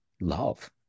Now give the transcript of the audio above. love